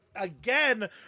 again